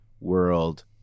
world